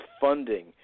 funding